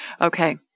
Okay